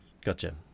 Gotcha